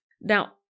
Now